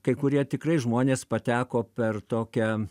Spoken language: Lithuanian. kai kurie tikrai žmonės pateko per tokią